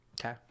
Okay